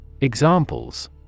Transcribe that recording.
Examples